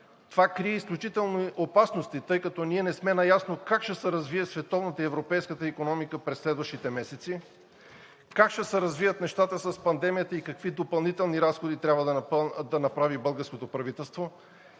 Това крие изключителни опасности, тъй като ние не сме наясно как ще се развие световната и европейската икономика през следващите месеци, как ще се развият нещата с пандемията и какви допълнителни разходи трябва да направи българското правителство,